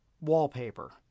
wallpaper